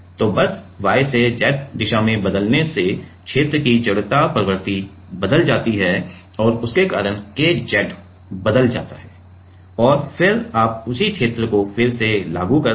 तो बस Y से Z दिशा में बदलने से क्षेत्र की जड़ता प्रवृत्ति बदल जाती है और उसके कारण K z बदल जाता है और फिर आप उसी क्षेत्र को फिर से लागू करते हैं